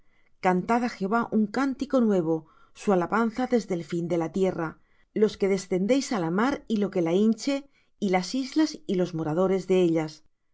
á jehová un nuevo cántico su alabanza desde el fin de la tierra los que descendéis á la mar y lo que la hinche las islas y los moradores de ellas